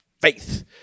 faith